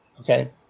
Okay